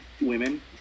women